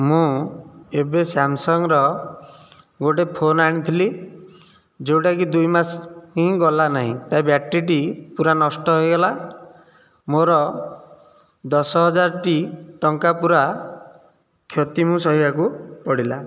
ମୁଁ ଏବେ ସ୍ୟାମ୍ସଙ୍ଗର ଗୋଟିଏ ଫୋନ୍ ଆଣିଥିଲି ଯେଉଁଟା କି ଦୁଇ ମାସ ହିଁ ଗଲାନାହିଁ ତା' ବ୍ୟାଟେରୀଟି ପୁରା ନଷ୍ଟ ହୋଇଗଲା ମୋ'ର ଦଶ ହଜାରଟି ଟଙ୍କା ପୁରା କ୍ଷତି ମୁଁ ସହିବାକୁ ପଡ଼ିଲା